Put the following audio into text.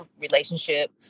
relationship